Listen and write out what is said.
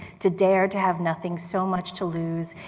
to dare to have nothing so much to lose,